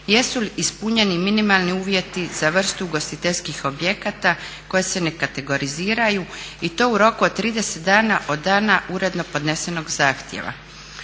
jesu li ispunjeni minimalni uvjeti za vrstu ugostiteljskih objekata koji se ne kategoriziraju i to u roku od 30 dana od dana uredno podnesenog zahtjeva.